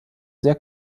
sehr